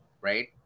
Right